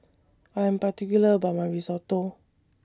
I'm particular about My Risotto